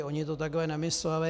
Oni to takhle nemysleli.